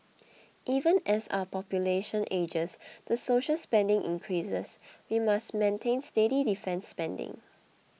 even as our population ages the social spending increases we must maintain steady defence spending